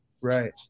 right